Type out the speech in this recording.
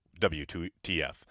WTF